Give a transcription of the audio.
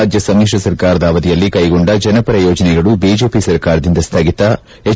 ರಾಜ್ಯ ಸಮಿತ್ರ ಸರ್ಕಾರದ ಅವಧಿಯಲ್ಲಿ ಕೈಗೊಂಡ ಜನಪರ ಯೋಜನೆಗಳು ಬಿಜೆಪಿ ಸರ್ಕಾರದಿಂದ ಸ್ನಗಿತ ಹೆಚ್